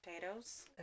potatoes